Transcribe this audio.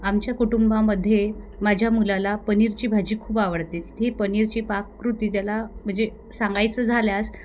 आमच्या कुटुंबामध्ये माझ्या मुलाला पनीरची भाजी खूप आवडते तिथे पनीरची पाककृती त्याला म्हणजे सांगायचं झाल्यास